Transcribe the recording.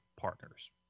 partners